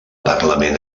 parlament